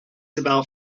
about